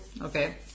Okay